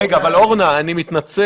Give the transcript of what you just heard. רגע, אבל אורנה, אני מתנצל.